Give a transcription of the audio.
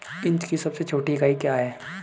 Inch की सबसे छोटी इकाई क्या है?